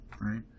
right